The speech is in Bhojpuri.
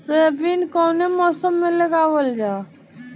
सोयाबीन कौने मौसम में लगावल जा?